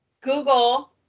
Google